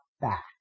back